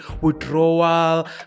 withdrawal